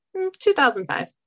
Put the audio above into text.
2005